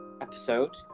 episode